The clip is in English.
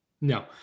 No